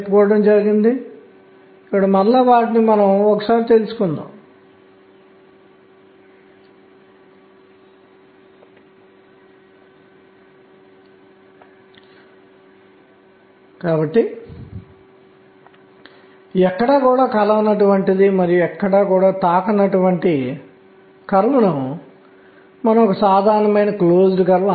ఎందుకంటే ఛార్జ్డ్ కణం el2m అవుతుంది మరియు దీనిని అయస్కాంత క్షేత్రంలో ఉంచినట్లయితే